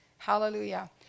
Hallelujah